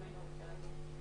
(הגבלת פעילות במקומות עבודה)